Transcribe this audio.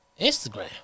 Instagram